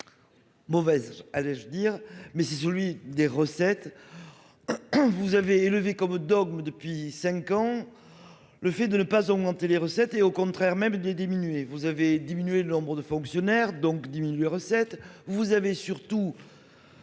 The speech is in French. mauvais sens, mais celui des recettes. Vous avez élevé comme dogme depuis cinq ans le fait de ne pas augmenter les recettes et, au contraire, de les diminuer. Vous avez diminué le nombre de fonctionnaires, donc les recettes liées à leurs